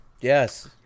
Yes